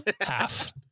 half